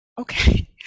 okay